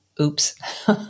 oops